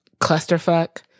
clusterfuck